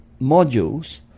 modules